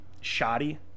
shoddy